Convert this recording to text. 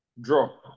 Draw